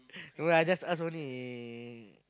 no lah just ask only